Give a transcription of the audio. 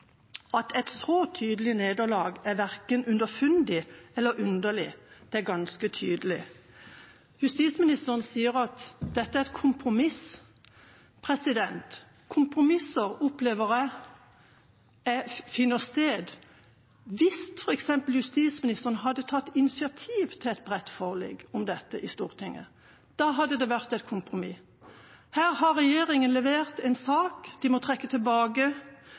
at et så tydelig nederlag er verken underfundig eller underlig; det er ganske tydelig. Justisministeren sier at dette er et kompromiss. Kompromisser opplever jeg slik at hvis f.eks. justisministeren hadde tatt initiativ til et bredt forlik om dette i Stortinget, da hadde det vært et kompromiss. Her har regjeringa levert en sak. De må trekke den tilbake.